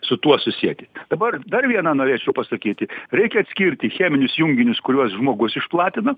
su tuo susieti dabar dar vieną norėsiu pasakyti reikia atskirti cheminius junginius kuriuos žmogus išplatino